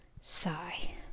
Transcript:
Sigh